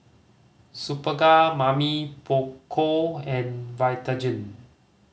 Superga Mamy Poko and Vitagen